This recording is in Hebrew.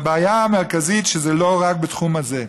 הבעיה המרכזית היא שזה לא רק בתחום הזה.